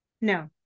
No